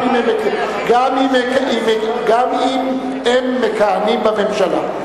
גם אם הם מכהנים בממשלה.